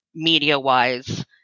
media-wise